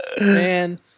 Man